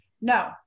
No